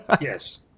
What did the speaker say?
yes